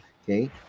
Okay